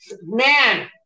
man